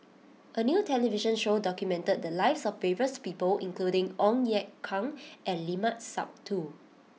a new television show documented the lives of various people including Ong Ye Kung and Limat Sabtu